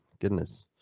goodness